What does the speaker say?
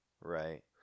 Right